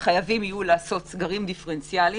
יהיו חייבים לעשות סגרים דיפרנציאליים